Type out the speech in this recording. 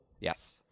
Yes